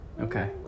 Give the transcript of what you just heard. Okay